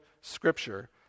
Scripture